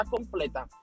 completa